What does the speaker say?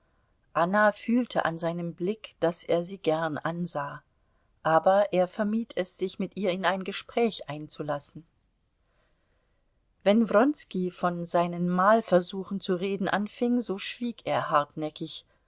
anna fühlte an seinem blick daß er sie gern ansah aber er vermied es sich mit ihr in ein gespräch einzulassen wenn wronski von seinen malversuchen zu reden anfing so schwieg er hartnäckig